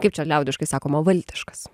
kaip čia liaudiškai sakoma valdiškas